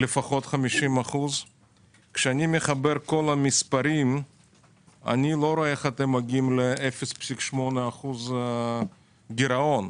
לכן אני לא מבין איך הגעתם ל-0.8% גירעון.